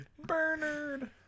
Bernard